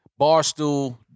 Barstool